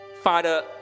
Father